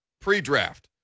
pre-draft